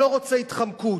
לא רוצה התחמקות.